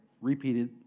repeated